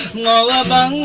la la la